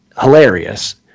hilarious